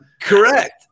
Correct